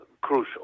crucial